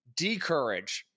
decourage